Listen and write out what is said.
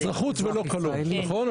אזרחות ולא קלון, נכון?